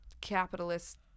capitalist –